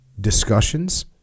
discussions